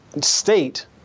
State